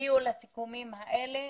הגיעו לסיכומים האלה.